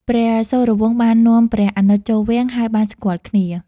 ព្រះសូរវង្សបាននាំព្រះអនុជចូលវាំង ហើយបានស្គាល់គ្នា។